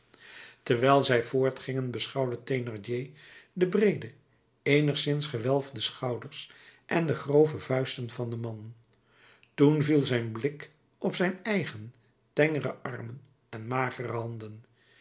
terwijl zij voortgingen beschouwde thénardier de breede eenigszins gewelfde schouders en de grove vuisten van den man toen viel zijn blik op zijn eigen tengere armen en magere handen